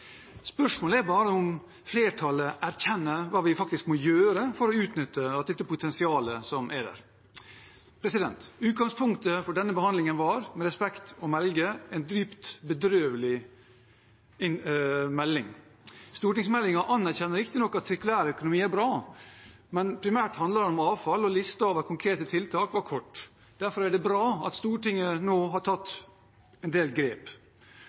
Spørsmålet er bare om flertallet erkjenner hva vi faktisk må gjøre for å utnytte det potensialet som er der. Utgangspunktet for denne behandlingen var – med respekt å melde – en dypt bedrøvelig melding. Stortingsmeldingen anerkjenner riktignok at sirkulær økonomi er bra, men primært handler det om avfall, og listen over konkrete tiltak var kort. Derfor er det bra at Stortinget har tatt en del grep.